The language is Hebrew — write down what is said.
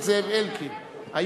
ג'מאל זחאלקה וחברת הכנסת חנין זועבי.